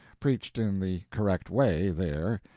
preached in the correct way, there,